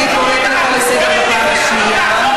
אני קוראת אותך לסדר פעם שנייה.